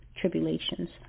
tribulations